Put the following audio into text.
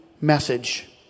message